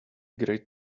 great